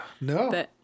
No